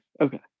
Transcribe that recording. Okay